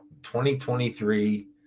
2023